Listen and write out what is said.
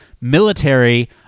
military